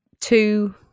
two